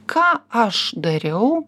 ką aš dariau